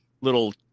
little